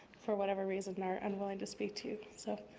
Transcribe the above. for whatever reason, are unwilling to speak, too, so,